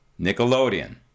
Nickelodeon